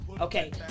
Okay